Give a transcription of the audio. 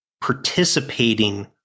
participating